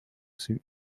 suit